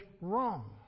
wrong